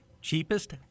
cheapest